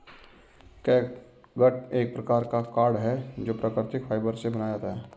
catgut एक प्रकार का कॉर्ड है जो प्राकृतिक फाइबर से बनाया जाता है